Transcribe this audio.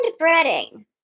breading